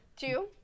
Two